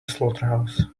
slaughterhouse